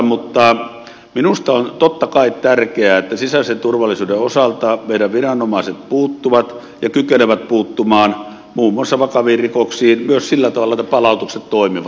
mutta minusta on totta kai tärkeää että sisäisen turvallisuuden osalta meidän viranomaisemme puuttuvat ja kykenevät puuttumaan muun muassa vakaviin rikoksiin myös sillä tavalla että palautukset toimivat